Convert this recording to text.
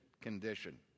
condition